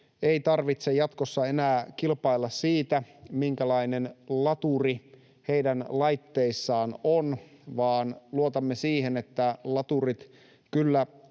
ei tarvitse jatkossa enää kilpailla siitä, minkälainen laturi heidän laitteissaan on, vaan luotamme siihen, että laturit kyllä